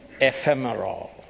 ephemeral